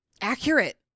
Accurate